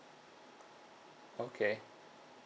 okay